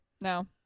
No